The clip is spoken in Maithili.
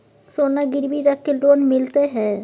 सोना गिरवी रख के लोन मिलते है?